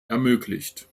ermöglicht